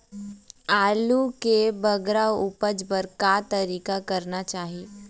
आलू के बगरा उपज बर का तरीका करना चाही?